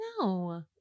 No